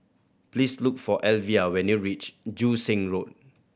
please look for Alvia when you reach Joo Seng Road